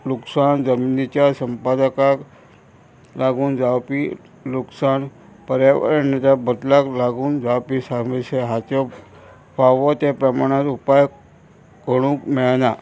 लुकसाण जमिनीच्या संपादकाक लागून जावपी लुकसाण पर्यावरणाच्या बदलाक लागून जावपी सामस हाच्यो फावो त्या प्रमाणान उपाय करूंक मेळना